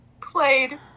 played